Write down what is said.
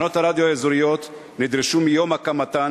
תחנות הרדיו האזוריות נדרשו מיום הקמתן